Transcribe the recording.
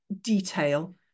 detail